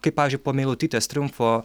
kaip pavyzdžiui po meilutytės triumfo